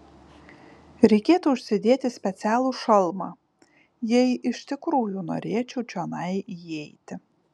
reikėtų užsidėti specialų šalmą jei iš tikrųjų norėčiau čionai įeiti